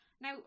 now